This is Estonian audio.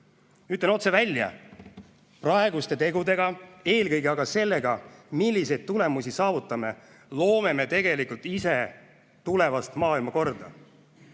Ütlen otse välja: praeguste tegudega, eelkõige aga sellega, milliseid tulemusi saavutame, loome me tegelikult ise tulevast maailmakorda.